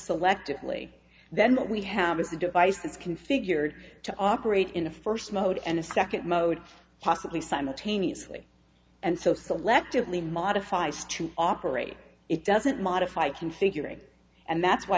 selectively then what we have is a device that is configured to operate in a first mode and a second mode possibly simultaneously and so selectively modifies to operate it doesn't modify configuring and that's why